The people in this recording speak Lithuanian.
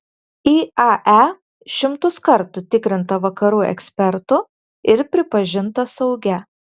iae šimtus kartų tikrinta vakarų ekspertų ir pripažinta saugia